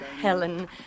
Helen